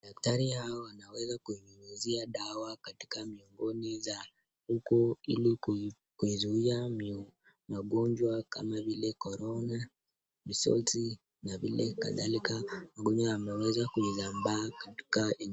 Daktari hawa wanaweza kunyunyizia dawa katika miongoni za huku, ili kuizuiya magonjwa kama vile korona, visenzi na vile kadhalika, ambayo yameweza kusambaa katika eneo.